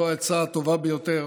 זאת העצה הטובה ביותר